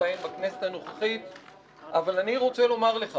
מכהן בכנסת הנוכחית אבל אני רוצה לומר לך